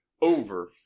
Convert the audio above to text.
Over